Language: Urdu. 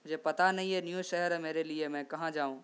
مجھے پتہ نہیں ہے نیو شہر ہے میرے لیے میں کہاں جاؤں